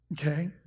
okay